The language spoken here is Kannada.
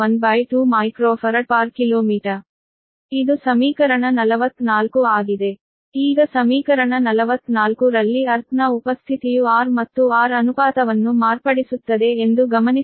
ಇದು ಸಮೀಕರಣ 44 ಆಗಿದೆ ಈಗ ಸಮೀಕರಣ 44 ರಲ್ಲಿ ಅರ್ಥ್ ನ ಉಪಸ್ಥಿತಿಯು r ಮತ್ತು r ಅನುಪಾತವನ್ನು ಮಾರ್ಪಡಿಸುತ್ತದೆ ಎಂದು ಗಮನಿಸಬಹುದು 1D24h212